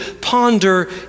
ponder